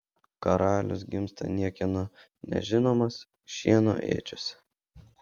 karalius gimsta niekieno nežinomas šieno ėdžiose